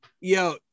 Yo